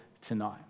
tonight